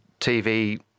TV